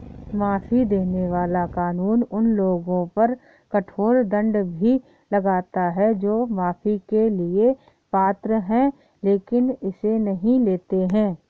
माफी देने वाला कानून उन लोगों पर कठोर दंड भी लगाता है जो माफी के लिए पात्र हैं लेकिन इसे नहीं लेते हैं